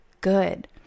good